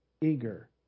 eager